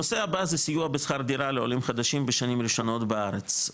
הנושא הבא זה סיוע בשכר דירה לעולים חדשים בשנים ראשונות בארץ.